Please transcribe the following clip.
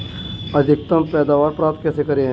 अधिकतम पैदावार प्राप्त कैसे करें?